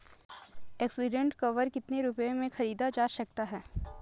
Accident cover कितने रुपए में खरीदा जा सकता है?